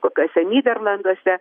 kokiuose nyderlanduose